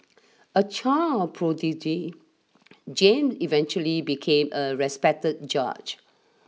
a child prodigy James eventually became a respected judge